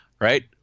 right